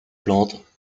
plante